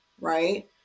right